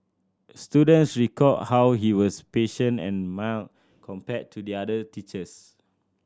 students recalled how he was patient and mild compared to the other teachers